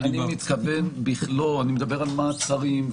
אני מדבר על מעצרים,